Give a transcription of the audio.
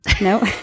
No